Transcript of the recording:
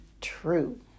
true